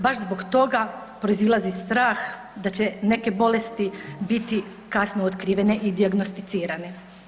Baš zbog toga proizlazi strah da će neke bolesti biti kasno otkrivene i dijagnosticirane.